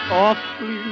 awfully